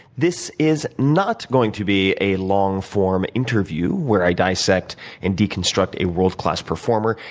this is not going to be a long form interview where i dissect and deconstruct a world-class performer.